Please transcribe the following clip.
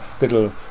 little